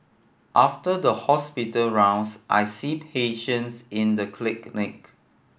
after the hospital rounds I see patients in the